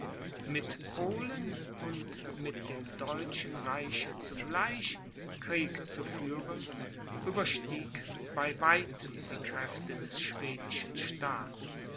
mit polen und mit dem deutschen reiche zugleich krieg zu führen überstieg bei weitem die kräfte des schwedischen staats